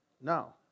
No